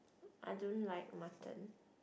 I don't like mutton